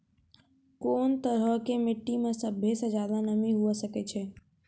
कोन तरहो के मट्टी मे सभ्भे से ज्यादे नमी हुये सकै छै?